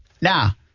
Now